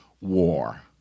war